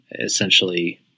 essentially